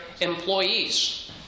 employees